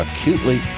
acutely